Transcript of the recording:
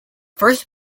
first